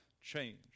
change